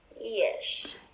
Yes